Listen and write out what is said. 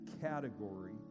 category